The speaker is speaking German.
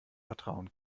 vertrauen